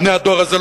בני הדור הזה,